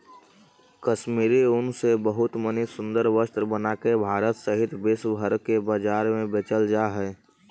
कश्मीरी ऊन से बहुत मणि सुन्दर वस्त्र बनाके भारत सहित विश्व भर के बाजार में बेचल जा हई